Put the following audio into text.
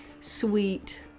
sweet